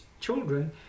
children